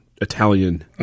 Italian